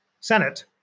Senate